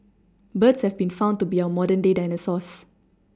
birds have been found to be our modern day dinosaurs